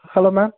hello ma'am